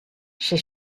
she